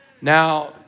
Now